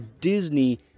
Disney